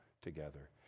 together